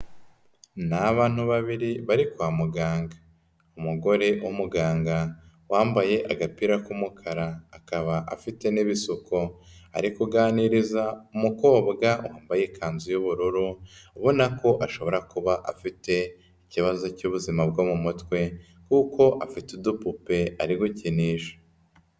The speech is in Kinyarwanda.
Ni abantu babiri bari kwa muganga. Umugore w'umuganga wambaye agapira k'umukara, akaba afite n'ibisuko ari kuganiriza umukobwa wambaye ikanzu y'ubururu, ubona ko ashobora kuba afite ikibazo cy'ubuzima bwo mu mutwe kuko afite udupupe ari gukinisha.